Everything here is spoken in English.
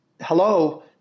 hello